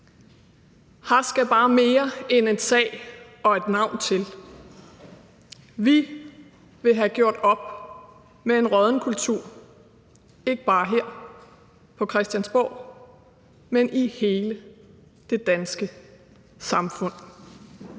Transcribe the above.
her skal bare mere end en sag og et navn til. Vi vil have gjort op med en rådden kultur, ikke bare her på Christiansborg, men i hele det danske samfund.